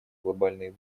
глобальные